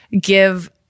give